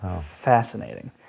fascinating